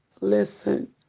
listen